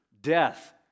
death